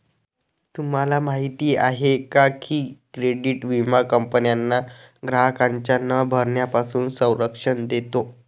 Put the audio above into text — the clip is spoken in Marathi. तुम्हाला माहिती आहे का की क्रेडिट विमा कंपन्यांना ग्राहकांच्या न भरण्यापासून संरक्षण देतो